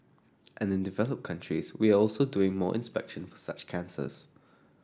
and in developed countries we are also doing more inspection for such cancers